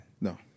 No